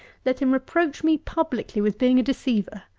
let him reproach me publicly with being a deceiver.